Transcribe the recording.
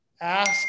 ask